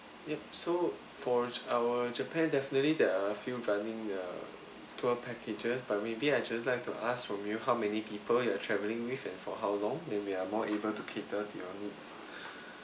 yup so for our japan definitely there are few running uh tour packages but maybe I just like to ask from you how many people you are travelling with and for how long then we are more able to cater to you needs